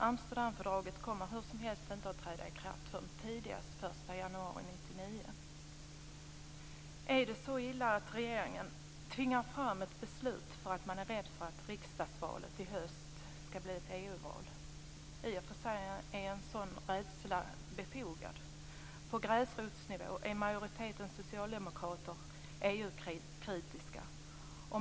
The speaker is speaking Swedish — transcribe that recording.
Amsterdamfördraget kommer inte att träda i kraft förrän tidigast den 1 januari 1999. Är det så illa att regeringen tvingar fram ett beslut för att man är rädd att riksdagsvalet i höst skall bli ett EU-val? I och för sig är en sådan rädsla befogad. Majoriteten socialdemokrater på gräsrotsnivå är EU-kritiska.